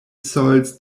soils